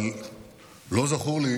אבל לא זכור לי